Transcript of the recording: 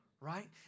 Right